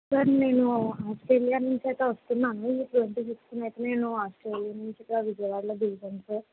sir నేను Australia నుంచి అయితే వస్తున్నాను ఈ ట్వెంటీ ఫిఫ్త్ అయితే నేను ఆస్ట్రేలియా నుంచి విజయవాడలో దిగుతాను సార్